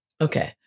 Okay